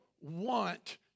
want